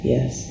Yes